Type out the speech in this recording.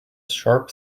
sharp